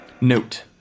Note